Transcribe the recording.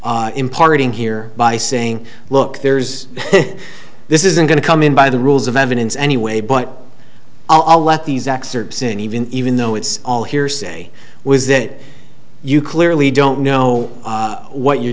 was imparting here by saying look there's this isn't going to come in by the rules of evidence anyway but i'll let these excerpts in even even though it's all hearsay was that you clearly don't know what you're